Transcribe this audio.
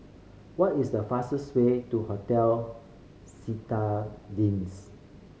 what is the fastest way to Hotel Citadines